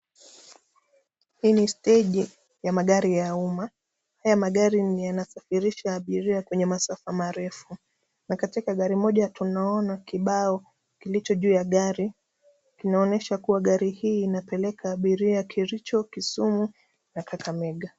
Hii ni steji ya magari ya umma. Haya magari yanasafirisha abiria kwenye masafa marefu, na katika gari moja tunaona kibao kilicho juu ya gari, kinaonyesha kuwa gari hii inapeleka abiria Kericho, Kisumu na Kakamega.